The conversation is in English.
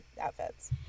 outfits